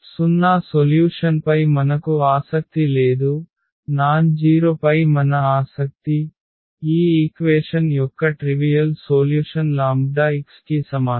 0 సొల్యూషన్పై మనకు ఆసక్తి లేదు నాన్ జీరొ పై మన ఆసక్తి ఈ ఈక్వేషన్ యొక్క ట్రివియల్ సోల్యుషన్ లాంబ్డా x కి సమానం